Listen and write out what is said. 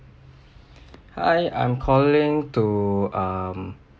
hi I'm calling to um